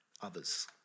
others